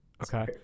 Okay